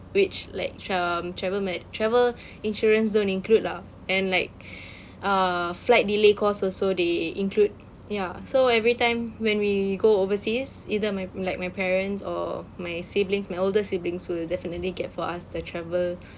which like tra~ um travel med~ travel insurance don't include lah and like uh flight delay costs also they include ya so every time when we go overseas either my like my parents or my siblings my older siblings will definitely get for us the travel